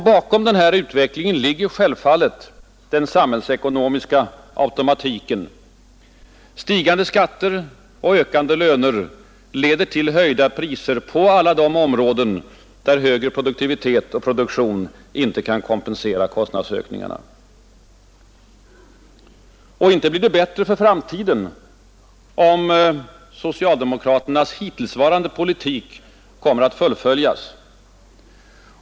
Bakom utvecklingen ligger självfallet den samhällsekonomiska automatiken: stigande skatter och ökande löner leder till höjda priser på alla de områden där högre produktivitet och ökad produktion inte kan kompensera kostnadsökningarna. Och inte blir det bättre för framtiden, om socialdemokraternas hittillsvarande politik fullföljes.